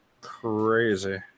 Crazy